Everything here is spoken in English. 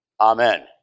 Amen